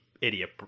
Idiot